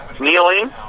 kneeling